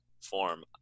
form